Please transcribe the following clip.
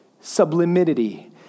sublimity